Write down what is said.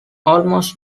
almost